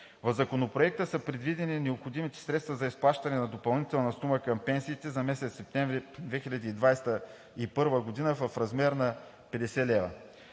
В Законопроекта са предвидени необходимите средства за изплащане на допълнителната сума към пенсиите за месец септември 2021 г. в размер на 50 лв.